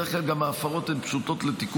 בדרך כלל גם ההפרות הן פשוטות לתיקון,